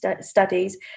Studies